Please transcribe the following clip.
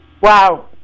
Wow